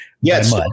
Yes